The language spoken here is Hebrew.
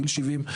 גיל 70,